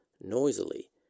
noisily